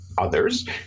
others